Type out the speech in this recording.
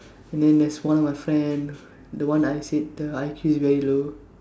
and then this one of my friend the one that I said the I_Q very low